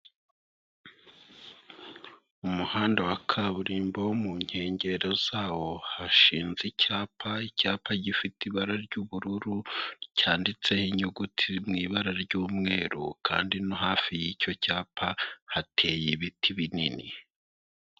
Mu muhanda wa kaburimbo wo mu nkengero zawo hashinze icyapa, icyapa gifite ibara ry'ubururu cyanditseho inyuguti mu ibara ry'umweru kandi no hafi y'icyo cyapa hateye ibiti binini.